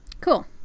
Cool